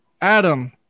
Adam